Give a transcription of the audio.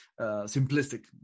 simplistic